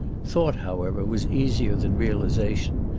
thought, however, was easier than realization,